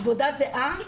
עבודה זהה,